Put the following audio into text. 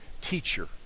teacher